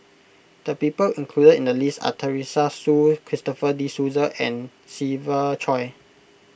the people included in the list are Teresa Hsu Christopher De Souza and Siva Choy